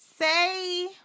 say